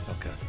Okay